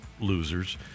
losers